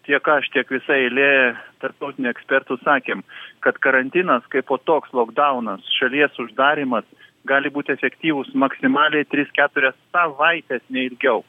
tiek aš tiek visa eilė tarptautinių ekspertų sakėm kad karantinas kaipo toks logdaunas šalies uždarymas gali būti efektyvus maksimaliai tris keturias savaites ne ilgiau